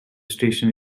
station